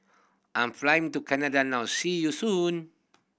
I'm flying to Canada now see you soon